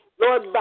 Lord